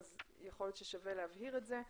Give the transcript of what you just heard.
יכול להיות ששווה להבהיר את זה.